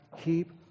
keep